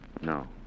No